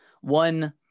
one